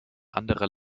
anderer